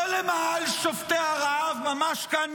לא למעגל שובתי הרעב ממש כאן,